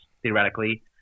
theoretically